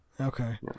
Okay